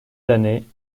l’année